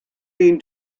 been